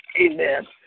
Amen